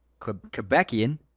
Quebecian